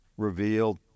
revealed